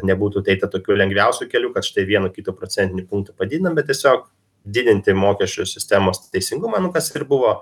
nebūtų eita tokiu lengviausiu keliu kad štai vieną kitą procentinį punktą padidinam bet tiesiog didinti mokesčių sistemos teisingumą nu kas ir buvo